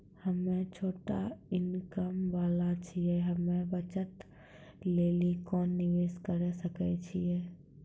हम्मय छोटा इनकम वाला छियै, हम्मय बचत लेली कोंन निवेश करें सकय छियै?